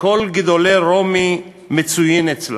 שכל גדולי רומי מצוין אצלה.